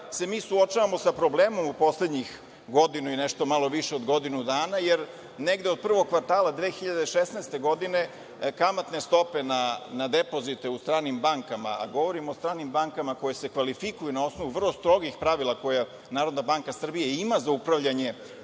se mi suočavamo sa problemom u poslednjih godinu i nešto malo više od godinu dana, jer negde od prvog kvartala 2016. godine kamatne stope na depozite u stranim bankama, a govorim o stranim bankama koje se kvalifikuju na osnovu vrlo strogih pravila koja NBS ima za upravljanje